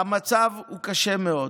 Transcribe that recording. המצב הוא קשה מאוד,